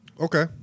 Okay